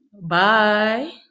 bye